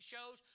shows